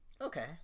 Okay